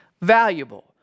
valuable